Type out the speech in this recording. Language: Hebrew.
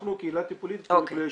אנחנו קהילה טיפולית ואשפוזית.